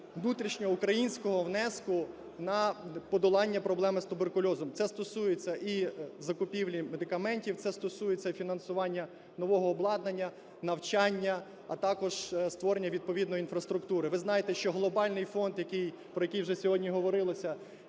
внутрішньоукраїнського внеску на подолання проблеми з туберкульозом. Це стосується закупівлі і медикаментів, це стосується і фінансування нового обладнання навчання, а також створення відповідної інфраструктури. Ви знаєте, що глобальний фонд, про який вже сьогодні говорилося,